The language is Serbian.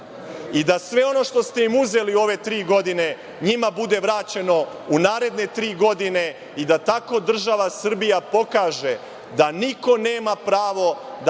i da sve ono što ste im uzeli u ove tri godine njima bude vraćeno u naredne tri godine i da tako država Srbija pokaže da niko nema pravo da